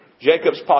Jacob's